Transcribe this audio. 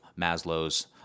Maslow's